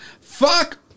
Fuck